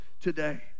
today